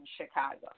Chicago